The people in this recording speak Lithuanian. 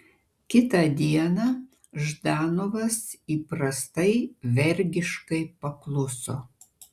kitą dieną ždanovas įprastai vergiškai pakluso